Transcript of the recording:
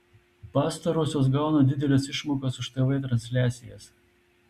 pastarosios gauna dideles išmokas už tv transliacijas